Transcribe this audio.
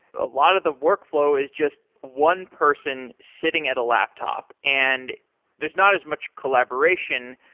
a lot of the workflow is just one person sitting at a laptop and there's not as much collaboration.